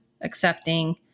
accepting